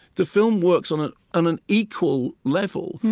the film works on ah on an equal level,